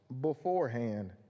beforehand